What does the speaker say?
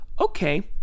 Okay